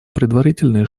предварительные